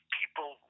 people